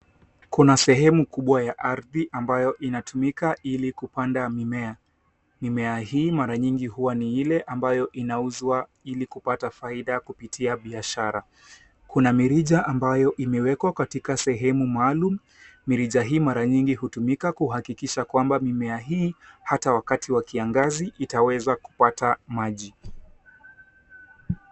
Kuna sehemu kubwa ya ardhi ambayo inatumika ili kupanda mimea. Mimea hii mara nyingi hua ni ile ambayo inauzwa ili kupata faida kupitia biashara. Kuna mirija ambayo imewekwa katika sehemu maalum, mirija hii mara nyingi hutumika kuhakikisha kwamba mimea hii ata wakati wa kiagazi itaweza kupata maji.